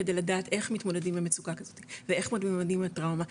כדי לדעת איך מתמודדים עם מצוקה כזאת ואיך מתמודדים עם הטראומה,